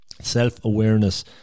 Self-awareness